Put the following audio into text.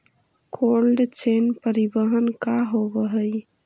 Cold chain परिवहन का होव हइ?